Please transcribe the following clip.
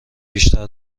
بیشتر